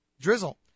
drizzle